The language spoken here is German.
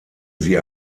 sie